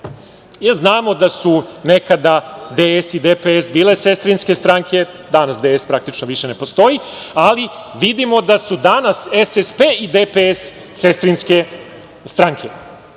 da su nekada DS i DPS bile sestrinske stranke. Danas DS, praktično, više ne postoji, ali vidimo da su danas SSP i DPS sestrinske stranke.